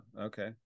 Okay